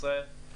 ישראייר.